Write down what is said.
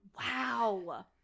Wow